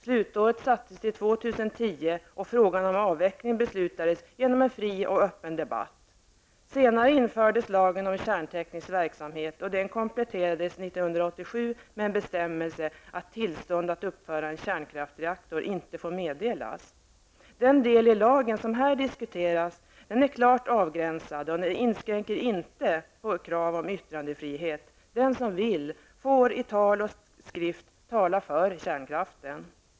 Slutåret sattes till 2010, och frågan om avveckling beslutades genom en fri och öppen debatt. Senare infördes lagen om kärnteknisk verksamhet, och den kompletterades 1987 med en bestämmelse om att tillstånd att uppföra en kärnkraftsreaktor inte får meddelas. Den del i lagen som här diskuteras är klart avgränsad, och den inskränker inte på krav på yttrandefrihet. Den som vill, får i tal och skrift tala för kärnkraften.